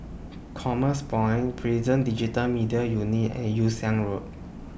Commerce Point Prison Digital Media Unit and Yew Siang Road